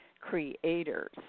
Creators